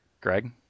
Greg